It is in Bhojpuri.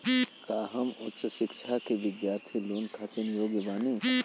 का हम उच्च शिक्षा के बिद्यार्थी लोन खातिर योग्य बानी?